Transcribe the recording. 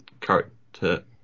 character